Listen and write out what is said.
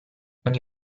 ogni